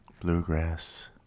Bluegrass